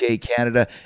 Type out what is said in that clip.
Canada